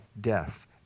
death